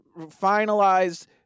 finalized